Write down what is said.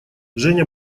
женя